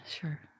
sure